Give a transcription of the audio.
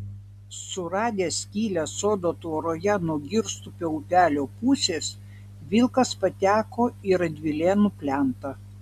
suradęs skylę sodo tvoroje nuo girstupio upelio pusės vilkas pateko į radvilėnų plentą